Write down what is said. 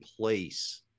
place